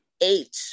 eight